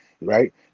Right